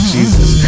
Jesus